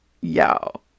y'all